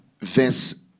Verse